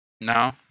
No